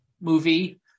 movie